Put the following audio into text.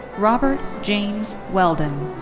robert james wellden.